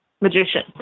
magician